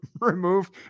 remove